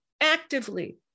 actively